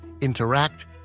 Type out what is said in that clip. interact